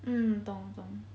嗯懂懂